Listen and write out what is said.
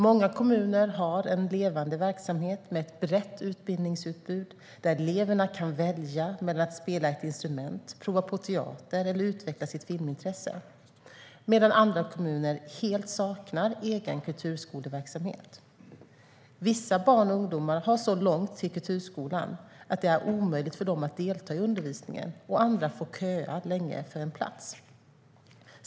Många kommuner har en levande verksamhet med ett brett utbildningsutbud, där eleverna kan välja mellan att spela ett instrument, prova på teater eller utveckla sitt filmintresse, medan andra kommuner helt saknar egen kulturskoleverksamhet. Vissa barn och ungdomar har så långt till kulturskolan att det är omöjligt för dem att delta i undervisningen, och andra får köa länge för en plats.